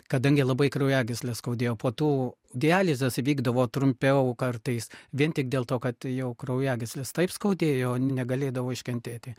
kadangi labai kraujagysles skaudėjo po tų dializės vykdavo trumpiau kartais vien tik dėl to kad jau kraujagysles taip skaudėjo negalėdavau iškentėti